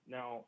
Now